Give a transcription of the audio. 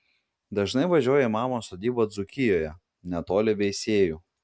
dažnai važiuoja į mamos sodybą dzūkijoje netoli veisiejų